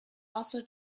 also